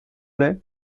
plaît